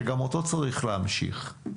שגם אותו צריך להמשיך.